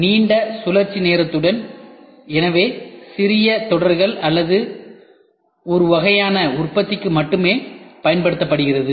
நீண்ட சுழற்சி நேரத்துடன் எனவே சிறிய தொடர்கள் அல்லது ஒரு வகையான உற்பத்திக்கு மட்டுமே பயன்படுத்தப்படுகிறது